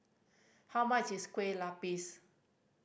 how much is Kueh Lapis